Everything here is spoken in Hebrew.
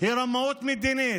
היא רמאות מדינית.